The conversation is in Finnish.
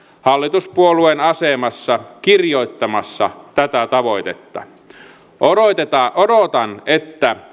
hallituspuolueen asemassa kirjoittamassa tätä tavoitetta odotan että